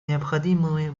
необходимыми